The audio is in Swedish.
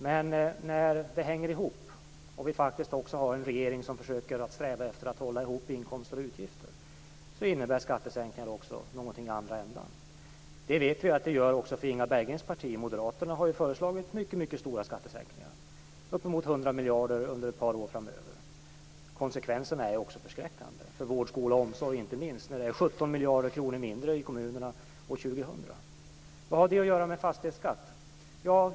Men när det hänger ihop och vi faktiskt har en regering som strävar efter att hålla ihop inkomster och utgifter innebär skattesänkningar också någonting i andra ändan. Det vet vi att det gör också för Inga Berggrens parti. Moderaterna har ju föreslagit mycket stora skattesänkningar, uppemot 100 miljarder under ett par år framöver. Konsekvenserna av detta är också förskräckande, inte minst för vård, skola och omsorg. Det blir 17 miljarder kronor mindre i kommunerna år Vad har det att göra med fastighetsskatten?